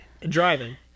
Driving